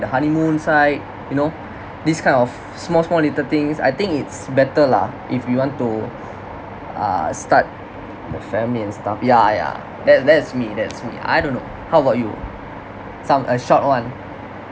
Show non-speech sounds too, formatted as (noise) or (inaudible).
the honeymoon side you know this kind of small small little things I think it's better lah if we want to (breath) uh start the family and stuff yeah yeah that that is me that's me I don't know how about you some a short one